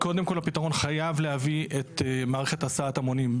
קודם כל הפתרון חייב להביא את מערכת הסעת המונים,